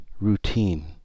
routine